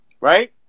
right